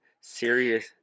serious